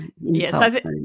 Yes